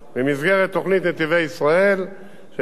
שכן החלטנו להאריך את כביש 6 דרומה וצפונה,